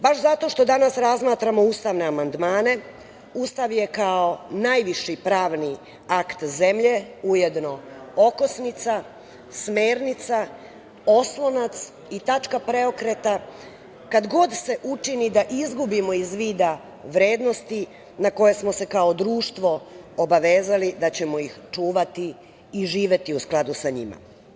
Baš zato što danas razmatramo ustavne amandmane, Ustav je kao najviši pravni akt zemlje ujedno okosnica, smernica, oslonac i tačka preokreta kad god se učini da izgubimo iz vida vrednosti na koje smo se kao društvo obavezali da ćemo ih čuvati i živeti u skladu sa njima.